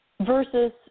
versus